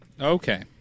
Okay